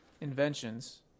inventions